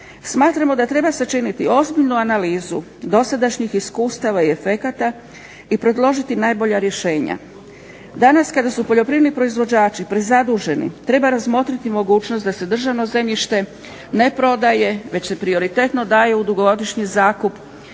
Smatramo da treba sačiniti ozbiljnu analizu dosadašnjih iskustava i efekata i predložiti najbolja rješenja. Danas kada su poljoprivredni proizvođači prezaduženi treba razmotriti mogućnost da se državno zemljište ne prodaje već se prioritetno daje u dugogodišnji zakup